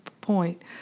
point